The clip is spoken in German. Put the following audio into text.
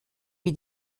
wie